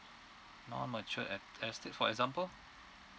non mature estate for example